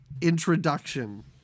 introduction